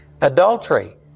adultery